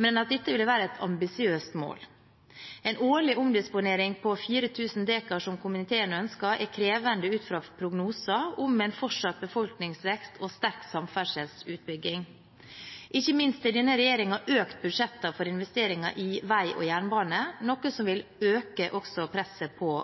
men at dette vil være et ambisiøst mål. En årlig omdisponering på 4 000 dekar, som komiteen ønsker, er krevende ut fra prognoser om en fortsatt befolkningsvekst og sterk samferdselsutbygging. Ikke minst har denne regjeringen økt budsjettene for investeringer i vei og jernbane, noe som også vil øke presset på